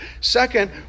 Second